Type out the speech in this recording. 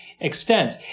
extent